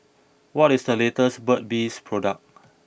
what is the latest Burt's bee product